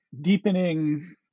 deepening